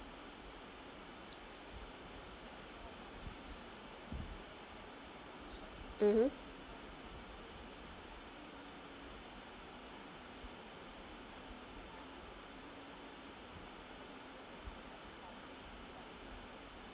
mmhmm